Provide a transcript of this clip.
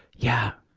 yeah.